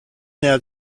now